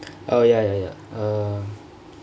oh ya ya ya um